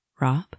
Rob